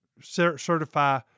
certify